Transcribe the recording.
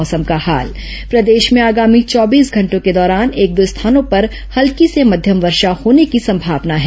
मौसम प्रदेश में आगामी चौबीस घंटों के दौरान एक दो स्थानों पर हल्की से मध्यम वर्षा होने की संभावना है